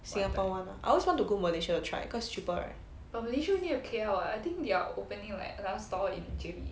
singapore [one] lah I always want to go malaysia to try cause cheaper right